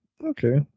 Okay